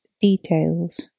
details